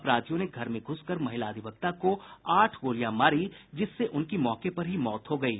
अपराधियों ने घर में घ्रस कर महिला अधिवक्ता को आठ गोलियां मारी जिससे उनकी मौके पर ही मौत हो गयी